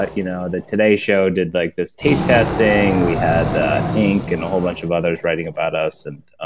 ah you know the today show did like this taste testing we had the ink, and a whole bunch of others writing about us. and